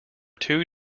two